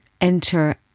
enter